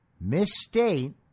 misstate